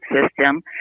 system